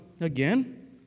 again